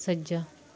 ਸੱਜਾ